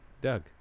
doug